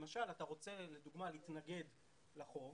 למשל אתה רוצה להתנגד לחוב,